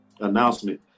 announcement